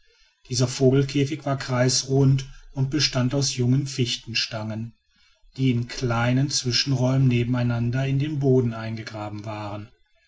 dieser vogelkäfig war kreisrund und bestand aus jungen fichtenstangen die in kleinen zwischenräumen nebeneinander in den boden eingegraben waren